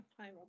hi